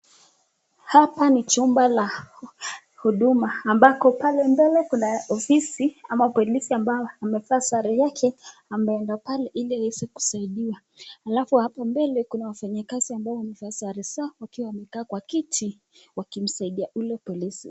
Haoa ni chumba cha huduma ambapo kule mbele kuna ofisi ama polisi ambao amevaa sare ameenda pale ili aweze kusaidiwa. Alafu hapo mbele kuna wafanyi kazi ambao wamevaa sare zao wakiwa wamekaa kwa kiti wakimsaidia ule polisi.